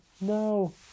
No